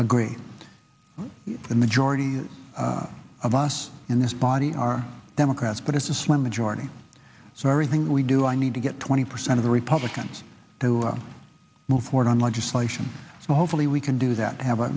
agree the majority of us in this body are democrats but it's a slim majority so everything we do i need to get twenty percent of the republicans to move forward on legislation and hopefully we can do that to have a